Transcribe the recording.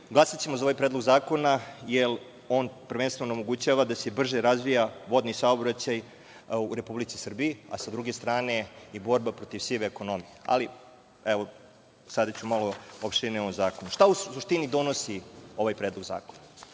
glasaćemo za ovaj predlog zakona, jer on prvenstveno omogućava da se brže razvija vodni saobraćaj u Republici Srbiji, a sa druge strane i borba protiv sive ekonomije. Ali, evo, sada ću malo opširnije o ovom zakonu. Šta u suštini donosi ovaj Predlog zakona?